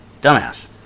Dumbass